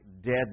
dead